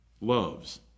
loves